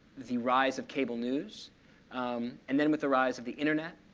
the rise of cable news and then with the rise of the internet